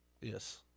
Yes